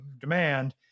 demand